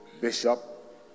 bishop